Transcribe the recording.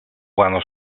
brano